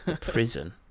Prison